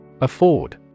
Afford